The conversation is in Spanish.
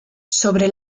sobre